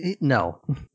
no